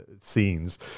scenes